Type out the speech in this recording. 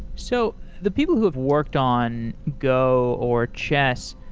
so the people who worked on go or chess,